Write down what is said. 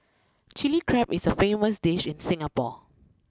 Chilli Crab is a famous dish in Singapore